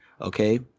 okay